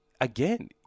Again